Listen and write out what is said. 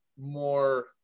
more